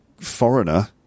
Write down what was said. foreigner